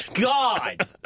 God